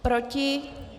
Proti?